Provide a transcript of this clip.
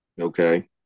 Okay